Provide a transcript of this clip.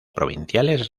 provinciales